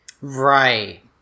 Right